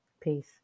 Peace